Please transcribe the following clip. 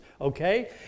okay